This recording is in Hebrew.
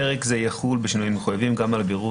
פרק זה יחול בשינויים המחויבים גם על בירור